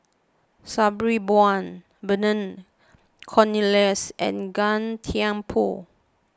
Sabri Buang Vernon Cornelius and Gan Thiam Poh